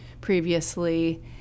previously